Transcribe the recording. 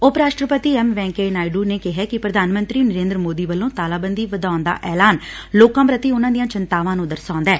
ਉਪ ਰਾਸਟਰਪਤੀ ਐਮ ਵੈਂਕਈਆ ਨਾਇਡੂ ਨੇ ਕਿਹੈ ਕਿ ਪ੍ਰਧਾਨ ਮੰਤਰੀ ਨਰੇਦਰ ਮੋਦੀ ਵੱਲੋ ਤਾਲਾਬੰਦੀ ਵਧਾਉਣ ਦਾ ਐਲਾਨ ਲੋਕਾ ਪ੍ਰਤੀ ਉਨਾਂ ਦੀਆਂ ਚਿੰਤਾਵਾਂ ਨੂੰ ਦਰਸਾਉਂਦੈ